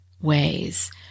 ways